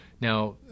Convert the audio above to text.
now